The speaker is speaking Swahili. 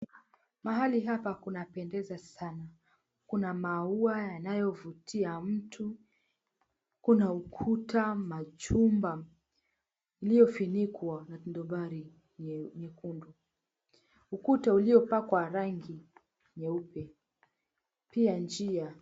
Mahali hapa kunapendeza sana. Kuna maua yanayovutia mtu, kuna ukuta majumba iliyofunikwa na dubari nyekundu. Ukuta uliopakwa rangi nyeupe, pia njia.